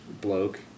bloke